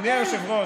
אדוני היושב-ראש.